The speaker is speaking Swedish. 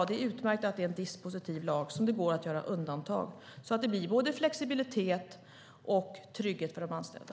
Det är utmärkt att lagen är dispositiv och att det går att göra undantag så att det blir både flexibilitet och trygghet för de anställda.